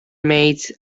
made